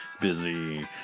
busy